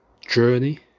Journey